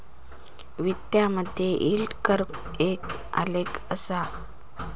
वित्तामधे yield curve एक आलेख असा